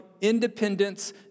independence